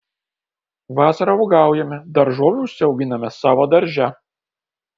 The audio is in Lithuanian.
vasarą uogaujame daržovių užsiauginame savo darže